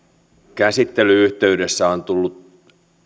käsittelyn yhteydessä on tullut